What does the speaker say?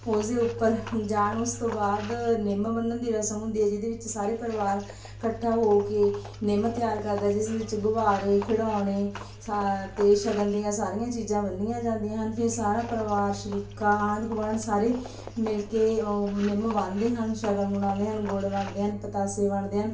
ਉਸਦੇ ਉੱਪਰ ਜਾਣ ਉਸ ਤੋਂ ਬਾਅਦ ਨਿੰਮ ਬੰਨ੍ਹਣ ਦੀ ਰਸਮ ਹੁੰਦੀ ਹੈ ਜਿਹਦੇ ਵਿੱਚ ਸਾਰੇ ਪਰਿਵਾਰ ਇਕੱਠਾ ਹੋ ਕੇ ਨਿੰਮ ਤਿਆਰ ਕਰਦਾ ਜਿਸ ਵਿੱਚ ਗੁਬਾਰੇ ਖਿਡਾਉਣੇ ਸਾ ਅਤੇ ਸ਼ਗਨ ਦੀਆਂ ਸਾਰੀਆਂ ਚੀਜ਼ਾਂ ਬੰਨ੍ਹੀਆਂ ਜਾਂਦੀਆਂ ਹਨ ਫਿਰ ਸਾਰਾ ਪਰਿਵਾਰ ਸ਼ਰੀਕਾ ਆਂਢ ਗੁਆਂਢ ਸਾਰੇ ਮਿਲ ਕੇ ਓ ਨਿੰਮ ਬੰਨ੍ਹਦੇ ਹਨ ਸ਼ਗਨ ਮਨਾਉਂਦੇ ਹਨ ਗੁੜ ਵੰਡਦੇ ਹਨ ਪਤਾਸੇ ਵੰਡਦੇ ਹਨ